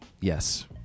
Yes